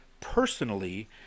personally